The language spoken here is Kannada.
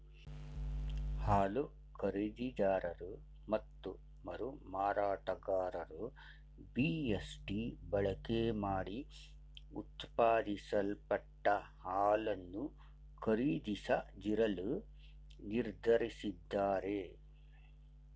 ಹಾಲು ಖರೀದಿದಾರರು ಮತ್ತು ಮರುಮಾರಾಟಗಾರರು ಬಿ.ಎಸ್.ಟಿ ಬಳಕೆಮಾಡಿ ಉತ್ಪಾದಿಸಲ್ಪಟ್ಟ ಹಾಲನ್ನು ಖರೀದಿಸದಿರಲು ನಿರ್ಧರಿಸಿದ್ದಾರೆ